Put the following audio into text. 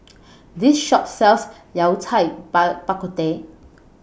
This Shop sells Yao Cai Bak Kut Teh